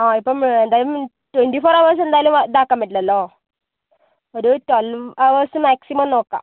ആ ഇപ്പം എന്തായാലും ട്വന്റി ഫോർ ഹവേഴ്സ് എന്തായാലും ഇതാക്കാൻ പറ്റില്ലല്ലോ ഒരു ട്വൽവ് ഹവേഴ്സ് മാക്സിമം നോക്കാം